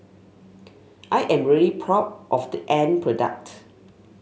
I am really proud of the end product